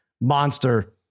Monster